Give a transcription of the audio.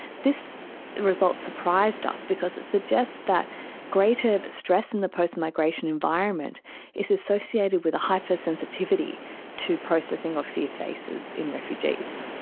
this result surprised us because it suggests that greater stress in the post-migration environment is associated with a hypersensitivity to processing of fear faces in refugees.